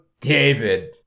David